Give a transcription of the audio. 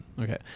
okay